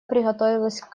приготовилась